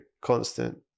constant